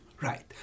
right